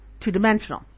two-dimensional